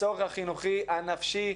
הצורך החינוכי הנפשי,